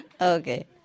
Okay